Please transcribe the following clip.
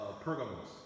Pergamos